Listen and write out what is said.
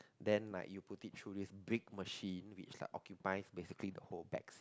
then like you put it through this big machine which like occupies basically the whole back seat